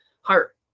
heart